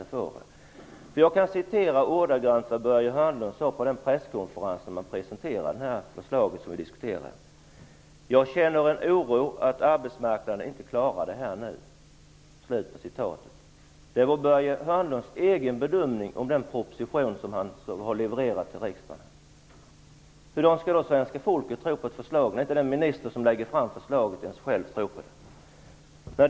Vid den presskonferens då det förslag vi diskuterar presenterades sade nämligen Börje Hörnlund ordagrant: Jag känner en oro för att arbetsmarknaden inte klarar det här nu. Det var Börje Hörnlunds egen bedömning om den proposition som han har levererat till riksdagen. Hur skall svenska folket kunna tro på ett förslag, när inte ens den minister som lägger fram förslaget själv tror på det?